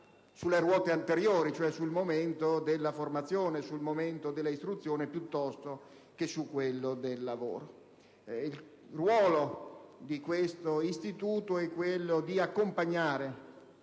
Il ruolo di questo istituto è quello di accompagnare